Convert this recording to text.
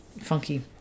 funky